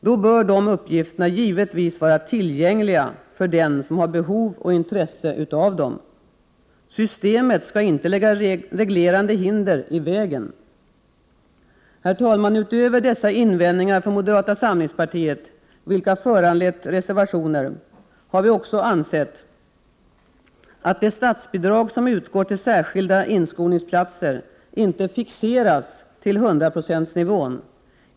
Då bör de uppgifterna givetvis vara tillgängliga för den som har behov och intresse av dem. Systemet skall inte lägga reglerande hinder i vägen. Utöver dessa invändningar från moderata samlingspartiet, vilka föranlett reservationer, har vi också ansett att det statsbidrag som utgår till särskilda inskolningsplatser inte bör fixeras till hundraprocentsnivån.